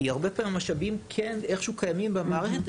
כי הרבה מהמשאבים הם כן קיימים איך שהוא,